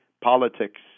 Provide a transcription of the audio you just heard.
politics